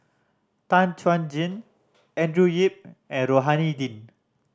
Tan Chuan Jin Andrew Yip and Rohani Din